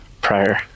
prior